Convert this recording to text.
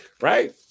Right